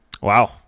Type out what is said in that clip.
Wow